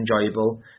enjoyable